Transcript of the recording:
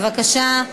בבקשה.